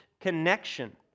connection